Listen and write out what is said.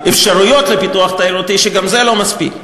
באפשרויות לפיתוח תיירותי שגם זה לא מספיק.